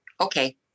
Okay